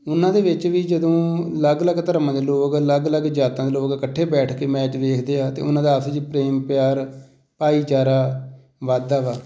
ਉਹਨਾਂ ਦੇ ਵਿੱਚ ਵੀ ਜਦੋਂ ਅਲੱਗ ਅਲੱਗ ਧਰਮਾਂ ਦੇ ਲੋਗ ਅਲੱਗ ਅਲੱਗ ਜਾਤਾਂ ਦੇ ਲੋਕ ਇਕੱਠੇ ਬੈਠ ਕੇ ਮੈਚ ਵੇਖਦੇ ਆ ਤਾਂ ਉਹਨਾਂ ਦਾ ਆਪਸ ਵਿੱਚ ਪ੍ਰੇਮ ਪਿਆਰ ਭਾਈਚਾਰਾ ਵੱਧਦਾ ਵਾ